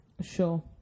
Sure